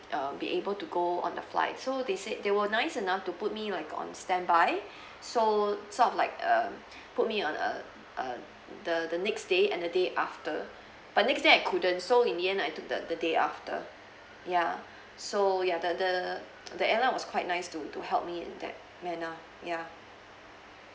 uh be able to go on the flight so they said they were nice enough to put me like on standby so sort of like uh put me on uh uh the the next day and the day after but next day I couldn't so in the end I took the the day after ya so ya the the the airline was quite nice to to help me in that manner ya